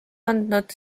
andnud